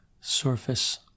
surface